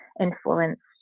influenced